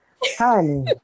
honey